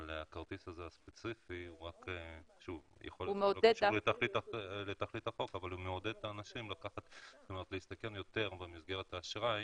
אבל הכרטיס הספציפי הזה הוא מעודד את האנשים להסתכן יותר במסגרת האשראי.